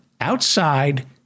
outside